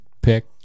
Pick